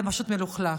זה פשוט מלוכלך,